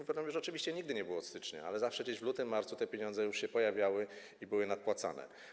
Wiadomo, że oczywiście nigdy nie było od stycznia, ale zawsze gdzieś w lutym, marcu te pieniądze już się pojawiały i były wypłacane.